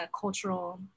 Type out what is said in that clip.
cultural